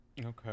Okay